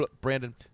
Brandon